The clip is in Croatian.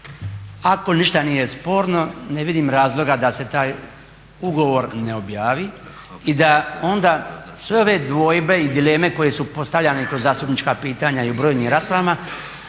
Ako ništa nije sporno, ne vidim razloga da se taj ugovor ne objavi i da onda sve ove dvojbe i dileme koje su postavljane kroz zastupnička pitanja i u brojnim raspravama